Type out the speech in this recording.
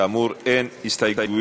כאמור, אין הסתייגויות.